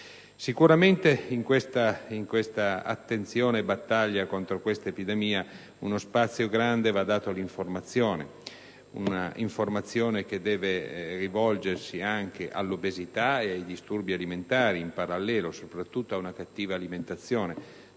Sicuramente in questa battaglia contro questa epidemia un grande spazio va dato all'informazione. Un'informazione che deve rivolgersi anche all'obesità e ai disturbi alimentari, soprattutto alla cattiva alimentazione.